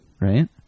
Right